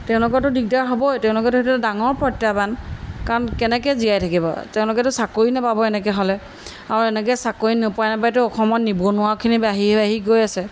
তেওঁলোকৰতো দিগদাৰ হ'বই তেওঁলোকৰতো সেইটো ডাঙৰ প্ৰত্যাহ্বান কাৰণ কেনেকৈ জীয়াই থাকিব তেওঁলোকেতো চাকৰি নাপাব এনেকৈ হ'লে আৰু এনেকৈ চাকৰি নোপোৱা নাপায়তো অসমত নিবনুৱাখিনি বাঢ়ি বাঢ়ি গৈ আছে